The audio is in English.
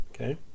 okay